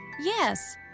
Yes